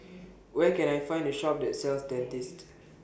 Where Can I Find A Shop that sells Dentiste